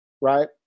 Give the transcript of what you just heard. Right